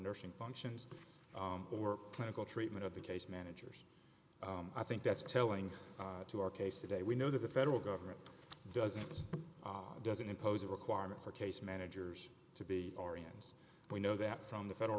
nursing functions or clinical treatment of the case managers i think that's telling to our case today we know that the federal government doesn't doesn't impose a requirement for case managers to be aryans we know that from the federal